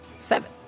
Seven